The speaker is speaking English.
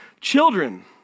children